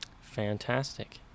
Fantastic